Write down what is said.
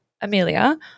Amelia